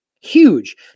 huge